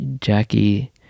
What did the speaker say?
Jackie